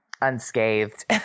unscathed